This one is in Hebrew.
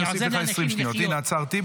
אני עוזר לאנשים לחיות.